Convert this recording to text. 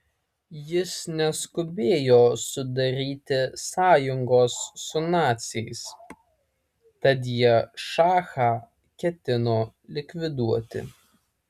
jis neskubėjo sudaryti sąjungos su naciais tad jie šachą ketino likviduoti